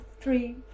three